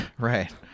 right